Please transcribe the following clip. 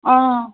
অঁ